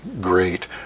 great